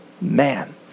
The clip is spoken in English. man